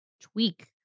tweak